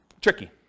tricky